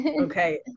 Okay